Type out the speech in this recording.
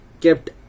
kept